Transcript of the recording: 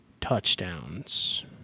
touchdowns